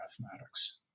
mathematics